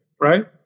right